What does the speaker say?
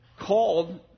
called